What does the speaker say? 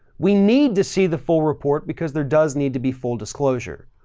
we need to see the full report because there does need to be full disclosure.